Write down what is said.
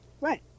right